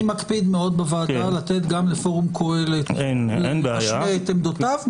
אני מקפיד מאוד בוועדה לתת גם לפורום "קהלת" להשמיע את עמדותיו.